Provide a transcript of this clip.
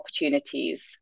opportunities